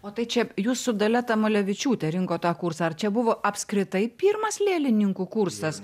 o tai čia jūs su dalia tamulevičiūte rinkot tą kursą ar čia buvo apskritai pirmas lėlininkų kursas